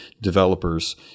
developers